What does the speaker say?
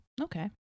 Okay